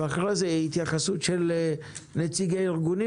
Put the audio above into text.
ואחרי זה התייחסות של נציגי הארגונים